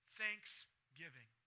thanksgiving